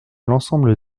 l’ensemble